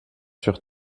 sur